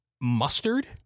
Mustard